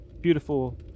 beautiful